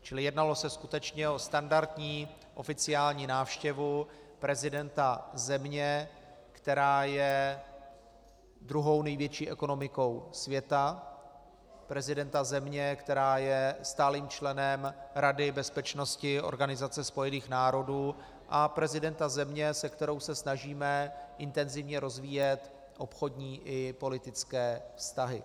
Čili jednalo se skutečně o standardní oficiální návštěvu prezidenta země, která je druhou největší ekonomikou světa, prezidenta země, která je stálým členem Rady bezpečnosti Organizace spojených národů, a prezidenta země, se kterou se snažíme intenzivně rozvíjet obchodní i politické vztahy.